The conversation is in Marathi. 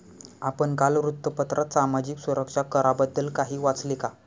आपण काल वृत्तपत्रात सामाजिक सुरक्षा कराबद्दल काही वाचले का?